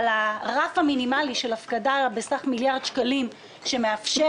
אבל הרף המינימלי של הפקדה בסך מיליארד שקלים שמאפשר